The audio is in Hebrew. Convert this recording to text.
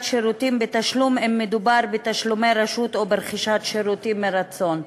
שירותים בתשלום אם מדובר בתשלומי רשות או ברכישת שירותים מרצון.